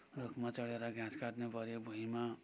रुखमा चढेर घाँस काट्नुपऱ्यो भुइँमा